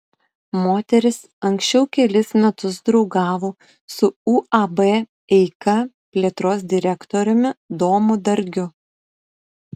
moteris anksčiau kelis metus draugavo su uab eika plėtros direktoriumi domu dargiu